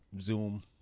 Zoom